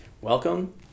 Welcome